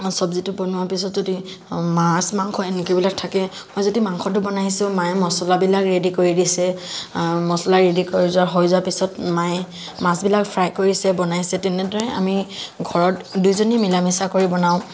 চবজিটো বনোৱা পাছত যদি মাছ মাংস এনেকৈ বিলাক থাকে মই যদি মাংসটো বনাইছো মায়ে মচলাবিলাক ৰেডি কৰি দিছে মচলা ৰেডি কৰি যোৱা হৈ যোৱা পিছত মায়ে মাছ বিলাক ফ্ৰাই কৰিছে বনাইছে তেনেদৰে আমি ঘৰত দুই জনী মিলা মিচা কৰি বনাওঁ